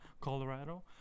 Colorado